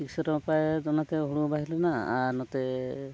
ᱠᱤᱥᱟᱹᱬ ᱦᱚᱸ ᱱᱟᱯᱟᱭ ᱚᱱᱟᱛᱮ ᱦᱳᱲᱳ ᱦᱚᱸ ᱵᱟᱭ ᱦᱮᱡ ᱞᱮᱱᱟ ᱟᱨ ᱱᱚᱛᱮ